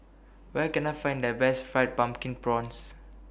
Where Can I Find The Best Fried Pumpkin Prawns